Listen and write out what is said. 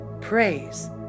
Praise